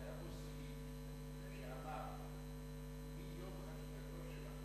היה בו סעיף שאמר: מיום חקיקתו של